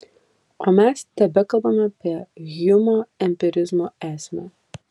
o mes tebekalbame apie hjumo empirizmo esmę